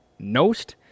Nost